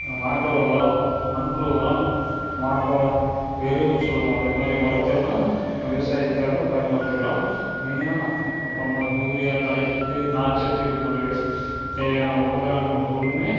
மாட்டோட ஒரம் மண்புழு ஒரம் மாட்டோட எருவுன்னு சொல்வோம் அது மாதிரி உரத்த எல்லாம் விவசாயத்துக்காக பயன்படுத்திக்கிறோம் மெயினாக அப்புறமா யூரியா தழைச்சத்து நார்ச்சத்து இது போன்றவை தேவையான உபகரணங்கள் ஃபுல்லுமே